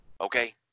okay